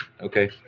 Okay